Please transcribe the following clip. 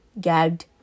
gagged